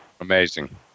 Amazing